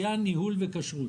זה גולש למקומות אחרים.